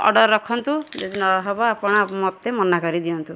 order ରଖନ୍ତୁ ଯଦି ନହବ ଆପଣ ମୋତେ ମନା କରିଦିଅନ୍ତୁ